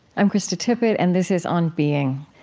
i'm krista tippett, and this is on being.